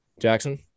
Jackson